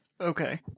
Okay